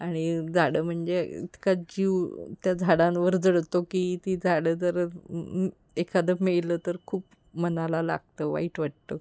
आणि झाडं म्हणजे इतका जीव त्या झाडांवर जडतो की ती झाडं जर एखादं मेलं तर खूप मनाला लागतं वाईट वाटतं